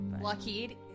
Lockheed